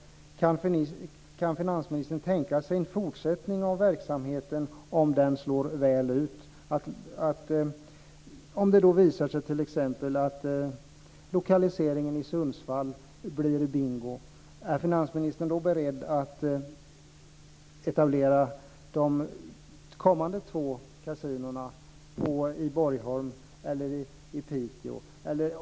Kan finansministern tänka sig en fortsättning av verksamheten om den slår väl ut? Om det visar sig att lokaliseringen i Sundsvall blir bingo är finansministern beredd att etablera de kommande två kasinona i Borgholm eller i Piteå?